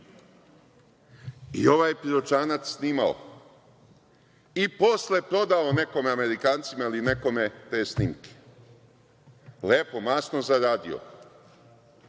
i ovaj Piroćanac je snimao i posle prodao nekom Amerikancu ili nekome te snimke. Lepo, masno zaradio.